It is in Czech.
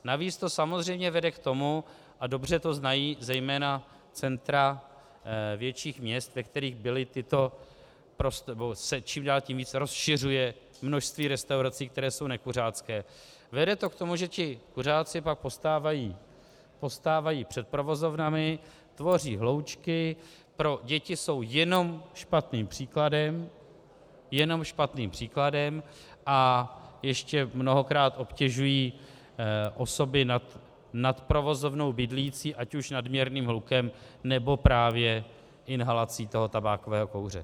Navíc to samozřejmě vede k tomu a dobře to znají zejména centra větších měst, ve kterých se čím dál víc rozšiřuje množství restaurací, které jsou nekuřácké vede to k tomu, že ti kuřáci pak postávají před provozovnami, tvoří hloučky, pro děti jsou jenom špatným příkladem jenom špatným příkladem a ještě mnohokrát obtěžují osoby nad provozovnou bydlící ať už nadměrným hlukem, nebo právě inhalací toho tabákového kouře.